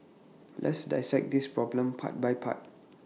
let's dissect this problem part by part